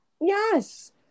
Yes